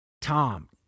Tom